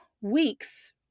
weeks